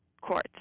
courts